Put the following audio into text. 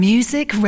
Music